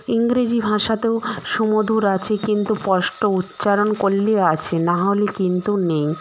ইংরেজি ভাষাতেও সুমধুর আছে কিন্তু স্পষ্ট উচ্চারণ করলেই আছে না হলে কিন্তু নেই